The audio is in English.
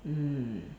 mm